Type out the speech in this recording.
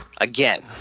Again